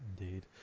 Indeed